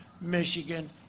Michigan